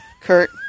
Kurt